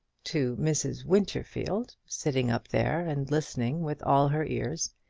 to mrs. winterfield, sitting up there and listening with all her ears,